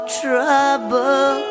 trouble